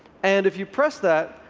and if you press that,